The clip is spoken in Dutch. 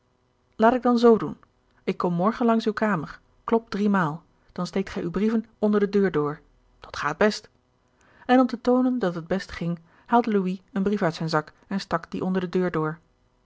laat ik dan z doen ik kom morgen langs uwe kamer klop driemaal dan steekt gij uw brieven onder de deur door dat gaat best en om te toonen dat het best ging haalde louis een brief uit zijn zak en stak dien onder de deur door